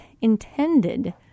intended